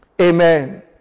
Amen